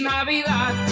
Navidad